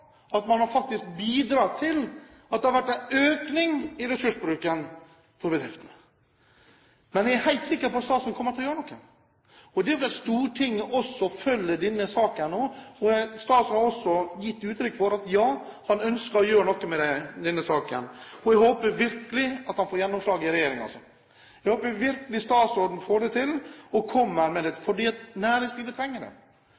til at det har vært en økning i ressursbruken i bedriftene. Men jeg er helt sikker på at statsråden kommer til å gjøre noe, og det er fordi Stortinget også følger denne saken nå. Statsråden har også gitt uttrykk for at han ønsker å gjøre noe med denne saken. Jeg håper virkelig at han får gjennomslag i regjeringen. Jeg håper virkelig statsråden får det til og kommer med dette, fordi næringslivet trenger det,